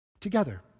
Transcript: Together